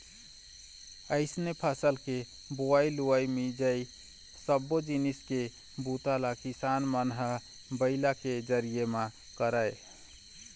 अइसने फसल के बोवई, लुवई, मिंजई सब्बो जिनिस के बूता ल किसान मन ह बइला के जरिए म करय